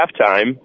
halftime